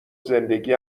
زندگی